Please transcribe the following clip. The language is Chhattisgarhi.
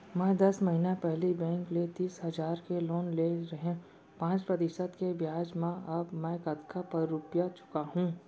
मैं दस महिना पहिली बैंक ले तीस हजार के लोन ले रहेंव पाँच प्रतिशत के ब्याज म अब मैं कतका रुपिया चुका हूँ?